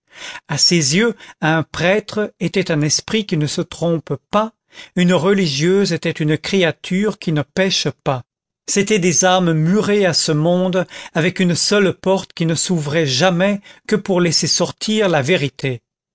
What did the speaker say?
à ses yeux un prêtre était un esprit qui ne se trompe pas une religieuse était une créature qui ne pèche pas c'étaient des âmes murées à ce monde avec une seule porte qui ne s'ouvrait jamais que pour laisser sortir la vérité